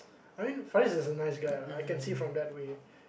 I mean Fariz is a nice guy lah I can see from that way